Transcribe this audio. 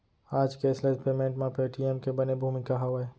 आज cashless payment म Paytm के बने भूमिका हावय